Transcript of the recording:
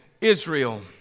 Israel